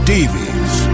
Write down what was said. Davies